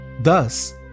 Thus